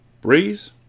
Breeze